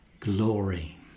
glory